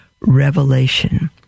revelation